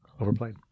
overplayed